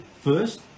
first